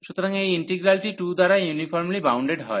সুতরাং এই ইন্টিগ্রালটি 2 দ্বারা ইউনিফর্মলি বাউন্ডেড হয়